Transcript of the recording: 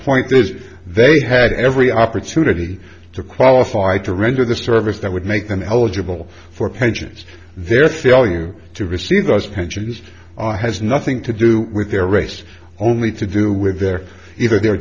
point is they had every opportunity to qualify to render the service that would make them eligible for pensions their failure to receive those pensions has nothing to do with their race only to do with their eithe